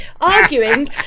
arguing